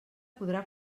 podrà